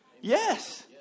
Yes